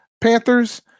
Panthers